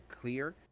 clear